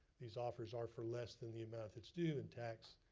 these offers are for less than the amount that's due in tax,